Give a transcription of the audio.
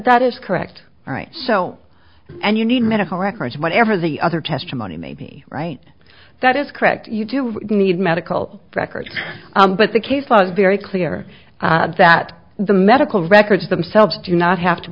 that is correct all right so and you need medical records whatever the other testimony may be right that is correct you do need medical records but the case law is very clear that the medical records themselves do not have to